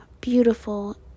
beautiful